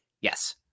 Yes